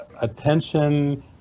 attention